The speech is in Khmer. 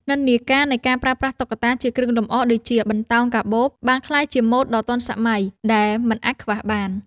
និន្នាការនៃការប្រើប្រាស់តុក្កតាជាគ្រឿងលម្អដូចជា បន្តោងកាបូប បានក្លាយជាម៉ូដដ៏ទាន់សម័យដែលមិនអាចខ្វះបាន។